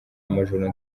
amajoro